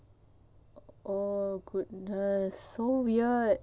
oh goodness so weird